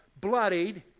bloodied